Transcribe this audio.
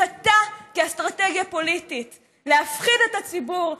הסתה כאסטרטגיה פוליטית: להפחיד את הציבור,